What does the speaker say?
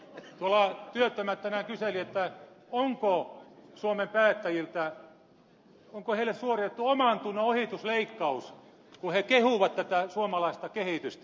tuolla työttömät tänään kyselivät onko suomen päättäjille suoritettu omantunnon ohitusleikkaus kun he kehuvat tätä suomalaista kehitystä